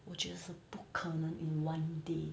我觉得是不可能 in one day